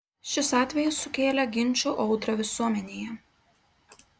šis atvejis sukėlė ginčų audrą visuomenėje